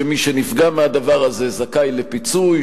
שמי שנפגע מהדבר הזה זכאי לפיצוי,